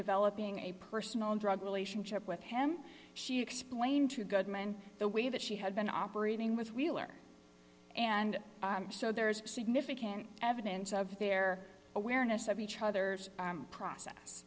developing a personal and drug relationship with him she explained to goodman the way that she had been operating with wheeler and so there's significant evidence of their awareness of each other's process